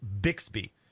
Bixby